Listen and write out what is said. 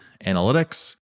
analytics